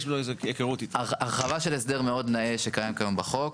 פסקה (8) היא למעשה הרחבה של הסדר מאוד נאה שקיים כיום בחוק.